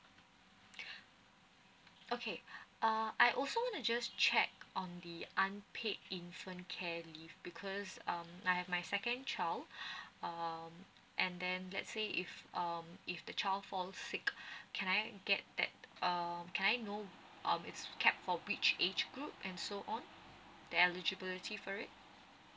okay uh I also wanna to just check on the unpaid infant care leave because um I have my second child um and then let say if um if the child falls sick can I get back um can I know um it's capped for which age group and so on the eligibility for it